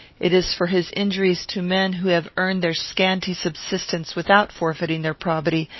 it is for his injuries to men who have earned their scanty subsistence without forfeiting their probity,